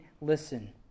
listen